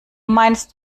meinst